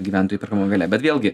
gyventojų perkamoji galia bet vėlgi